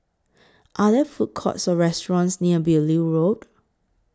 Are There Food Courts Or restaurants near Beaulieu Road